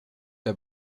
der